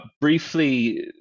Briefly